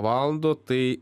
valandų tai